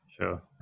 Sure